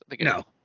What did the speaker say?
No